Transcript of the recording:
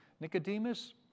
Nicodemus